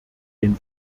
den